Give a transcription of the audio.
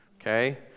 okay